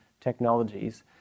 technologies